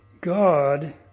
God